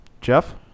Jeff